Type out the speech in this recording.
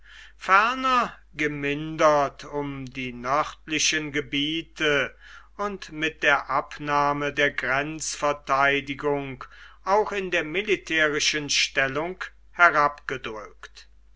ferner gemindert um die nördlichen gebiete und mit der abnahme der grenzverteidigung auch in der militärischen stellung